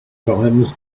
times